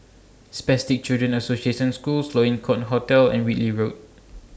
Spastic Children's Association School Sloane Court Hotel and Whitley Road